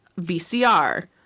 VCR